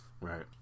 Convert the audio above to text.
right